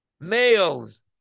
males